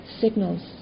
signals